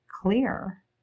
clear